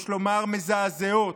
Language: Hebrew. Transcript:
יש לומר, מזעזעות.